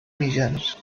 mitjans